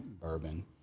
bourbon